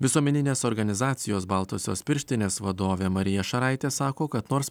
visuomeninės organizacijos baltosios pirštinės vadovė marija šaraitė sako kad nors